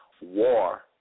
war